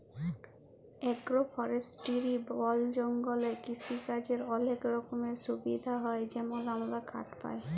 agro forestry বল জঙ্গলে কিসিকাজের অলেক রকমের সুবিধা হ্যয় যেমল আমরা কাঠ পায়